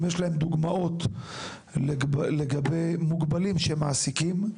אם יש להם דוגמאות לגבי מוגבלים שמעסיקים.